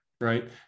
right